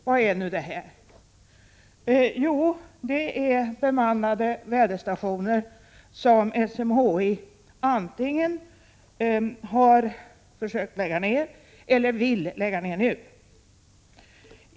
Vad är det nu detta? Jo, det är bemannade väderstationer som SMHI antingen har försökt lägga ner tidigare eller vill lägga ner nu.